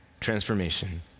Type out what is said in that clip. transformation